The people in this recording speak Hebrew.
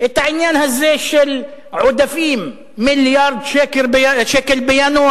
את העניין הזה של עודפים: מיליארד שקל בינואר,